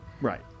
right